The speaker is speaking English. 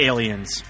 Aliens